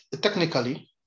technically